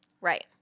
Right